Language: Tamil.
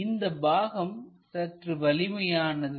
இந்த பாகம் சற்று வலிமையானது